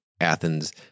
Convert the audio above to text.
Athens